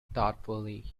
thoughtfully